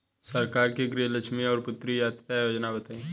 सरकार के गृहलक्ष्मी और पुत्री यहायता योजना बताईं?